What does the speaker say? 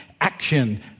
action